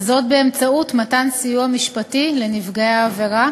וזאת באמצעות מתן סיוע משפטי לנפגעי העבירה